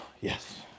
yes